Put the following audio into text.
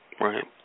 right